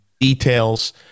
details